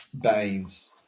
Baines